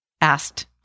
asked